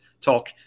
talk